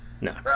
No